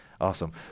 Awesome